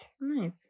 nice